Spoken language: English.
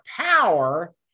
power